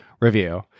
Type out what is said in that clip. review